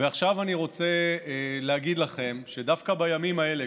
ועכשיו אני רוצה להגיד לכם שדווקא בימים האלה,